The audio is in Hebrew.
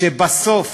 כשבסוף